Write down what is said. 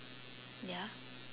ya